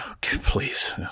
Please